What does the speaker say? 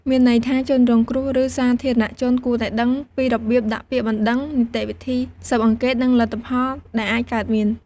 មានន័យថា ជនរងគ្រោះ ឬសាធារណជនគួរតែដឹងពីរបៀបដាក់ពាក្យបណ្តឹង នីតិវិធីស៊ើបអង្កេត និងលទ្ធផលដែលអាចកើតមាន។